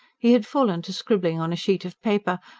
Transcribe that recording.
he had fallen to scribbling on a sheet of paper,